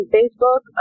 Facebook